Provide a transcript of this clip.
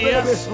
Yes